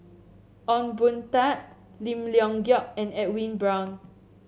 Ong Boon Tat Lim Leong Geok and Edwin Brown